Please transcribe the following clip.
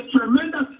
Tremendous